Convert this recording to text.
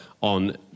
on